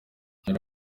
hari